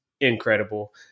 incredible